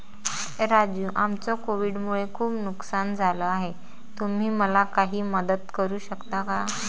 राजू आमचं कोविड मुळे खूप नुकसान झालं आहे तुम्ही मला काही मदत करू शकता का?